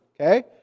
Okay